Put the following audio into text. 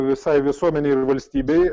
visai visuomenei ir valstybei